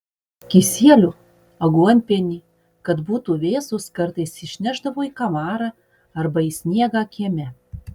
kisielių aguonpienį kad būtų vėsūs kartais išnešdavo į kamarą arba į sniegą kieme